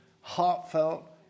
heartfelt